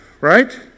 right